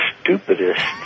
stupidest